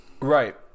Right